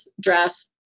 dress